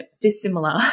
dissimilar